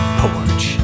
porch